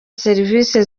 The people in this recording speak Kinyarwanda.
serivisi